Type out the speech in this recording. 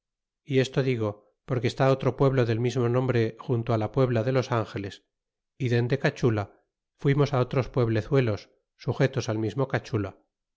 y esto digo porque está otro pueblo del mismo nombre junto fila puebla de los angeles y dende cachula fuimos á otros p ueblezuelos sujetos al mismo cachula